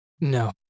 No